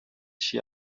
she